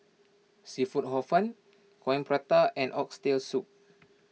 Seafood Hor Fun Coin Prata and Oxtail Soup